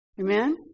Amen